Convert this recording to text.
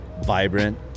vibrant